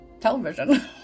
television